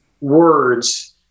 words